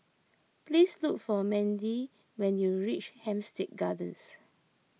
please look for Mandie when you reach Hampstead Gardens